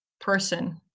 person